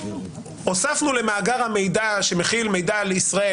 הוספנו למאגר המידע שמכיל מידע לישראל,